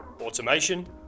automation